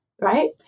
right